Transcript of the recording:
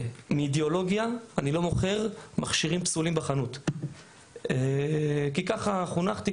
מאידיאולוגיה אני לא מוכר מכשירים פסולים בחנות כי ככה חונכתי,